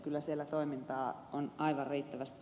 kyllä siellä toimintaa on aivan riittävästi